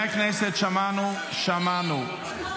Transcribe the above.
הכנסת, שמענו, שמענו.